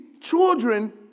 children